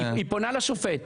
היא פונה לשופט,